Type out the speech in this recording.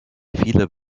viele